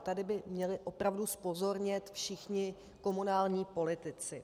Tady by měli opravdu zpozornět všichni komunální politici.